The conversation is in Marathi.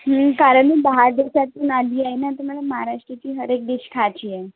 हं कारण मी बाहेर देशातून आली आहे ना तर मला महाराष्ट्राची हर एक डिश खायची आहे